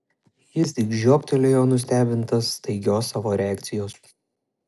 jis tik žioptelėjo nustebintas staigios savo reakcijos